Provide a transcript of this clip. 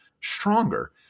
stronger